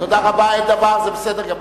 תודה רבה, אין דבר, זה בסדר גמור.